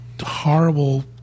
horrible